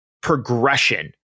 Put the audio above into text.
progression